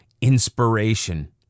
inspiration